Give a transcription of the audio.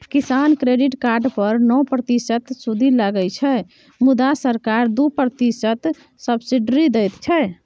किसान credit card पर नौ प्रतिशतक सुदि लगै छै मुदा सरकार दु प्रतिशतक सब्सिडी दैत छै